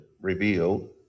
revealed